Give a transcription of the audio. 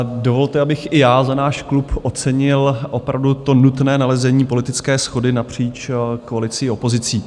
Dovolte, abych i já za náš klub ocenil opravdu to nutné nalezení politické shody napříč koalicí i opozicí.